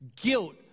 Guilt